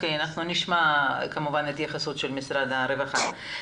אנחנו כמובן נשמע את התייחסות משרד הרווחה.